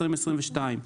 2022,